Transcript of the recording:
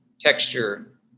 texture